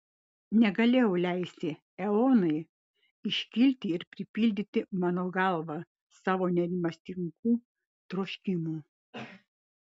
negalėjau leisti eonai iškilti ir pripildyti mano galvą savo nerimastingų troškimų